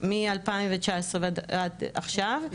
מ-2019 ועד עכשיו.